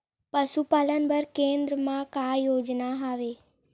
पशुपालन बर केन्द्र म का योजना हवे?